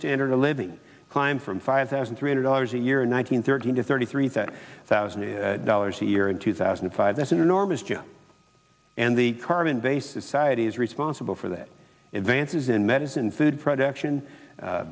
standard of living climbed from five thousand three hundred dollars a year in one hundred thirteen to thirty three that thousand dollars a year in two thousand and five that's an enormous jump and the carbon based society is responsible for that advances in medicine food production